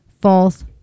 false